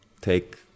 take